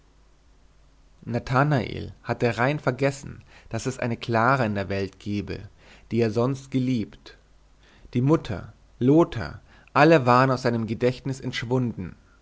nathanael hatte rein vergessen daß es eine clara in der welt gebe die er sonst geliebt die mutter lothar alle waren aus seinem gedächtnis entschwunden